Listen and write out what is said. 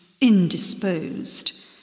indisposed